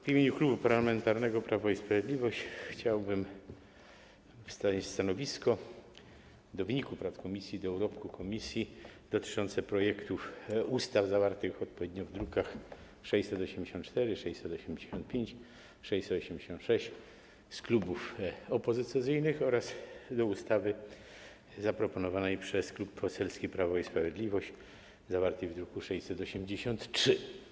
W imieniu Klubu Parlamentarnego Prawo i Sprawiedliwość chciałbym przedstawić stanowisko wobec wyniku prac komisji, urobku komisji dotyczącego projektów ustaw zawartych odpowiednio w drukach nr 684, 685, 686 klubów opozycyjnych oraz wobec projektu ustawy zaproponowanego przez Klub Parlamentarny Prawo i Sprawiedliwość zawartego w druku nr 683.